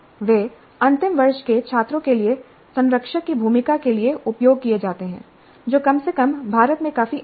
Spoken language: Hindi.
वे अंतिम वर्ष के छात्रों के लिए संरक्षक की भूमिका के लिए उपयोग किए जाते हैं जो कम से कम भारत में काफी आम है